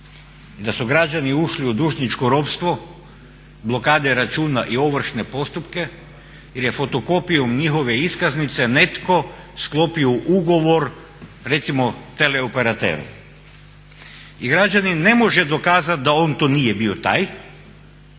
i da su građani ušli u dužničko ropstvo, blokade računa i ovršne postupke jer je fotokopijom njihove iskaznice netko sklopio ugovor recimo s teleoperaterom. I građanin ne može dokazati da on to nije bio taj,